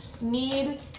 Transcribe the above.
need